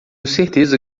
certeza